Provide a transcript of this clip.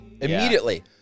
Immediately